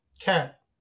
cat